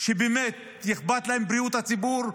שבאמת אכפת להם מבריאות הציבור,